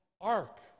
Ark